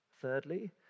Thirdly